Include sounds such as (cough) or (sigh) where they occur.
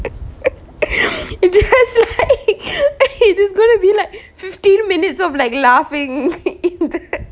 (laughs) (breath) just like (laughs) eh there's gonna be like fifteen minutes of like laughing (laughs)